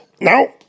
no